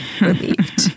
relieved